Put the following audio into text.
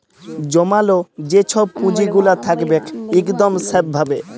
জমাল যে ছব পুঁজিগুলা থ্যাকবেক ইকদম স্যাফ ভাবে